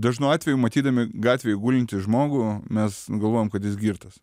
dažnu atveju matydami gatvėj gulintį žmogų mes nu galvojam kad jis girtas